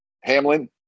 Hamlin